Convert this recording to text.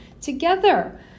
together